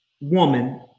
woman